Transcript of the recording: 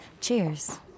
Cheers